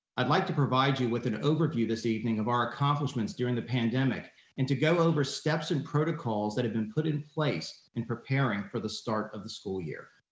i'd like to provide you with an overview this evening of our accomplishments during the pandemic and to go over steps and protocols that have been put in place in preparing for the start of the school year.